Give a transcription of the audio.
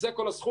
זה כל הסכום.